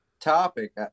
topic